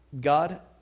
God